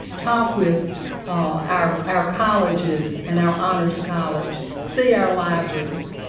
talk with our our colleges, and our honors college, see our libraries.